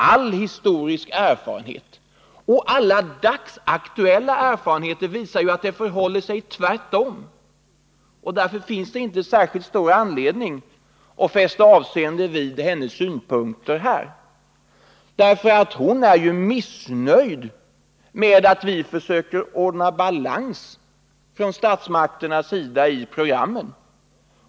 All historisk erfarenhet och alla dagsaktuella erfarenheter visar att det förhåller sig tvärtom. Därför finns det inte särskilt stor anledning att fästa avseende vid hennes synpunkter här. Hon är ju missnöjd med att vi från statsmakternas sida försöker ordna balans i programmen.